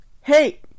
Hey